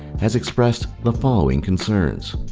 has expressed the following concerns.